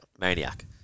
Maniac